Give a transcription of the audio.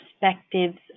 perspectives